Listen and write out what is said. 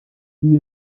diese